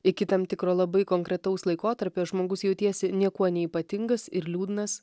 iki tam tikro labai konkretaus laikotarpio žmogus jautiesi niekuo neypatingas ir liūdnas